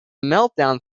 meltdown